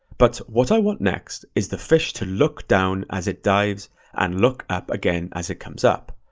but what i want next is the fish to look down as it dives and look up again as it comes up.